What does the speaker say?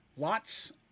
lots